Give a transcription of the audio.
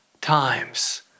times